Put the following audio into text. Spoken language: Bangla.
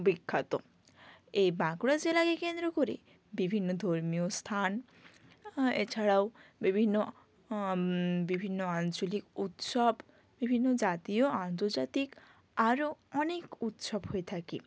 বিখ্যাত এই বাঁকুড়া জেলাকে কেন্দ্র করে বিভিন্ন ধর্মীয় স্থান এছাড়াও বিভিন্ন বিভিন্ন আঞ্চলিক উৎসব বিভিন্ন জাতীয় আন্তর্জাতিক আরও অনেক উৎসব হয়ে থাকে